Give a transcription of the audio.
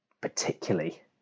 particularly